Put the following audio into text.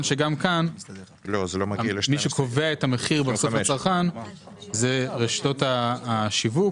שגם כאן מי שקובע את המחיר בסוף לצרכן אלו רשתות השיווק.